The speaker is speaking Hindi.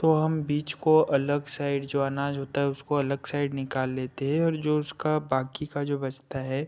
तो हम बीज को अलग साइड जो अनाज होता है उसको अलग साइड निकाल लेते हैं और जो उसका बाकी का जो बचता है